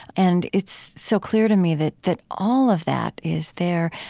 and it's so clear to me that that all of that is there.